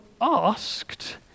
asked